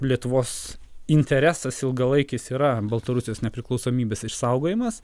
lietuvos interesas ilgalaikis yra baltarusijos nepriklausomybės išsaugojimas